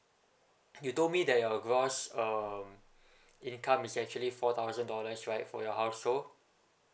you told me that your gross um income is actually four thousand dollars right for your household